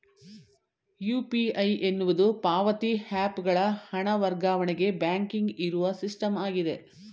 UPI ಎನ್ನುವುದು ಪಾವತಿ app ಗಳ ಹಣ ವರ್ಗಾವಣೆಗೆ ಬ್ಯಾಂಕಿಂಗ್ ಇರುವ ಸಿಸ್ಟಮ್ ಆಗಿದೆ